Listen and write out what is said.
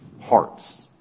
hearts